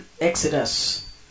Exodus